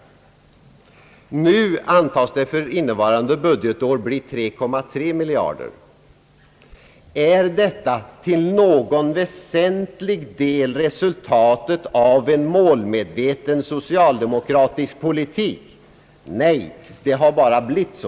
Nu antas det för innevarande budgetår bli 3,3 miljarder. Är detta till någon väsentlig del resultatet av en »målmedveten» socialdemokratisk politik? Nej, det har bara blivit så!